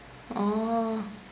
oh